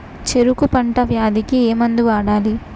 చెరుకు పంట వ్యాధి కి ఏ మందు వాడాలి?